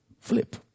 flip